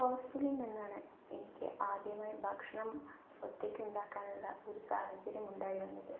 ഹോസ്റ്റലിൽ നിന്നാണ് എനിക്ക് ആദ്യമായി ഭക്ഷണം ഒറ്റയ്ക്കുണ്ടാക്കാനുള്ള ഒരു സാഹചര്യം ഉണ്ടായി വന്നത്